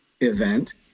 event